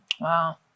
Wow